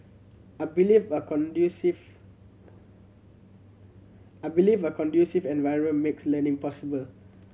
I believe a conducive I believe a conducive environment makes learning possible